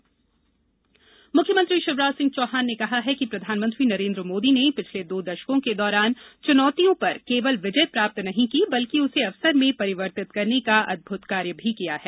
CM मुख्यमंत्री शिवराज सिंह चौहान ने कहा कि प्रधानमंत्री नरेंद्र मोदी ने पिछले दो दशकों के दौरान चूर्नोतियों पर केवल विजय प्राप्त नहीं की बल्कि उसे अवसर में परिवर्तित करने का अदभुत कार्य किया है